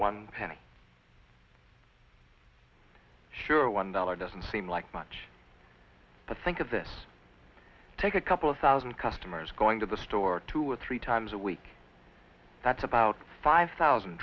one penny sure one dollar doesn't seem like much but think of this take a couple of thousand customers going to the store two or three times a week that's about five thousand